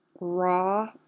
raw